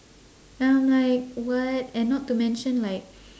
and I'm like what and not to mention like